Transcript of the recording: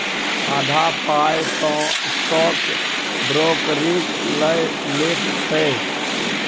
आधा पाय तँ स्टॉक ब्रोकरेजे लए लैत छै